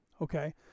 okay